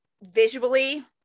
visually